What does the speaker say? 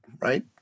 right